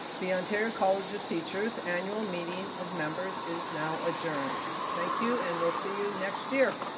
the ontario college of teachers' annual meeting of members is now adjourned. thank you and we'll see you next year.